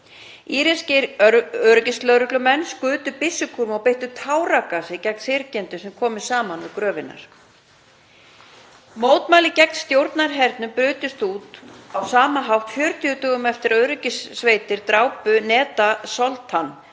Íranskir öryggislögreglumenn skutu byssukúlum og beittu táragasi gegn syrgjendum sem komu saman við gröf hennar. Mótmæli gegn stjórnarhernum brutust út á sama hátt 40 dögum eftir að öryggissveitir drápu Neda Agha-Soltan,